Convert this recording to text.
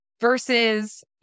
Versus